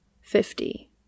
Fifty